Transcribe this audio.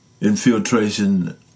infiltration